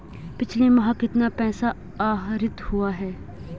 पिछले माह कितना पैसा आहरित हुआ है?